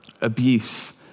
abuse